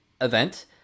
event